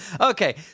Okay